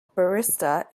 barista